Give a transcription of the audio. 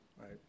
right